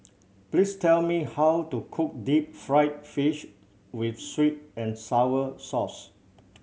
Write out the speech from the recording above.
please tell me how to cook deep fried fish with sweet and sour sauce